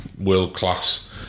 world-class